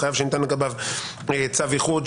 חייב שניתן לגביו צו איחוד,